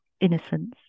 innocence